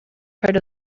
heard